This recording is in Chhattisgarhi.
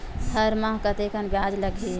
हर माह कतेकन ब्याज लगही?